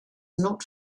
not